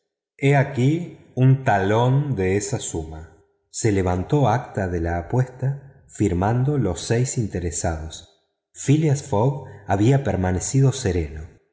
he aquí un cheque por esa suma se levantó acta de la apuesta firmando los seis interesados phileas fogg había permanecido sereno